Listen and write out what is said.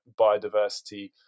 biodiversity